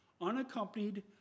unaccompanied